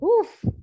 Oof